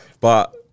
But-